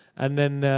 and then,